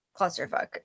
clusterfuck